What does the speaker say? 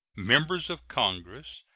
members of congress,